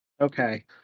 Okay